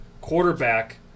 quarterback